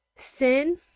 sin